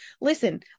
Listen